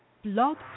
Blog